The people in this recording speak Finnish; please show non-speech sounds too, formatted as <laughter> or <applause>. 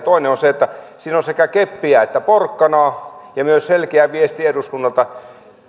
<unintelligible> toinen on se että siinä on sekä keppiä että porkkanaa ja myös selkeä viesti eduskunnalta